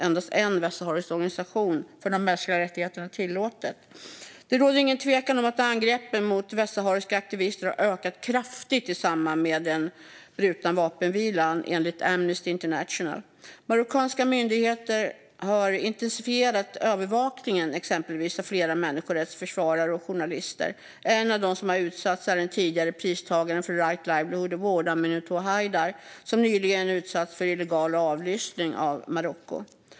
Endast en västsaharisk organisation för de mänskliga rättigheterna är tillåten. Det råder ingen tvekan om att angreppen mot västsahariska aktivister har ökat kraftigt i samband med den brutna vapenvilan, enligt Amnesty International. Marockanska myndigheter har exempelvis intensifierat övervakningen av flera människorättsförsvarare och journalister. En av dem som har utsatts är den tidigare pristagaren av Right Livelihood Award, Aminatou Haidar, som nyligen utsatts för illegal avlyssning av Marocko.